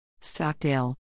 Stockdale